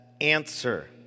answer